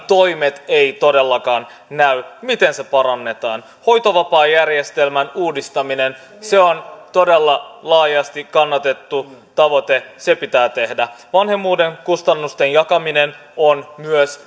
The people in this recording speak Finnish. toimet eivät todellakaan näy miten sitä parannetaan hoitovapaajärjestelmän uudistaminen on todella laajasti kannatettu tavoite se pitää tehdä vanhemmuuden kustannusten jakaminen on myös